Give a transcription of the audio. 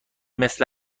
مثل